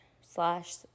slash